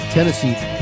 Tennessee